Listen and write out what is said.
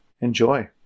enjoy